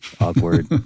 awkward